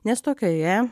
nes tokioje